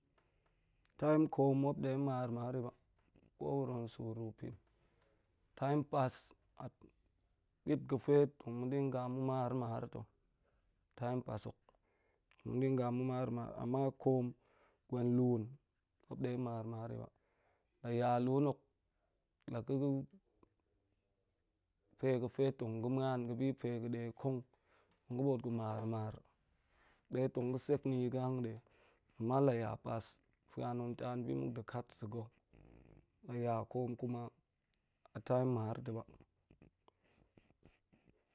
Time ko̱o̱m muap de mar mar yi ba, ko wuro tong su ru pin. Time pas a bit ga̱fe tong ma̱ ding ma̱ mad mar to, time pas hok, ma̱ dinga ma̱ mar mar hok, ama ko̱o̱m, gwen lun muap ɗe mar mar ba. La ya lun hok la ga̱ ga̱ pe ga̱fe tong ga̱ muan ga̱ bi pe ga̱ de kong nga̱, hande, a ma la ya pas fuan tong taan bi muk de kat sa̱ ga̱, la ya ko̱o̱m kuma a time mar fa̱ ba